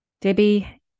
Debbie